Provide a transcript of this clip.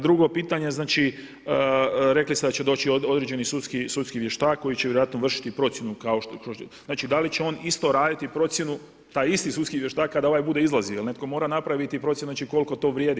Drugo pitanje, rekli ste da će doći određeni sudski vještak koji će vjerojatno vršiti procjenu, znači da li će on isto raditi procjenu taj isti sudski vještak kada ovaj bude izlazio jel netko mora napraviti procjenu koliko to vrijedi.